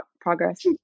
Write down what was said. progress